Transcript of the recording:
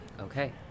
Okay